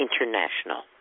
International